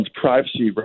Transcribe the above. privacy